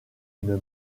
une